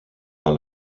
par